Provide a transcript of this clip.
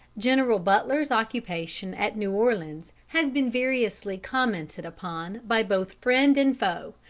general butler's occupation at new orleans has been variously commented upon by both friend and foe,